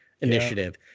initiative